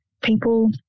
people